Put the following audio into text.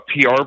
PR